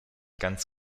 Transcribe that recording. ganz